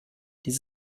dies